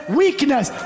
weakness